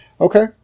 Okay